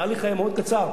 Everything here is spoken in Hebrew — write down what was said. התהליך היה מאוד קצר.